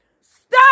Stop